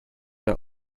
der